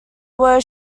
was